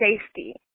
safety